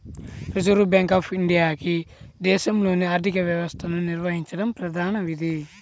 reserve bank of ఇండియాకి దేశంలోని ఆర్థిక వ్యవస్థను నిర్వహించడం ప్రధాన విధి